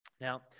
Now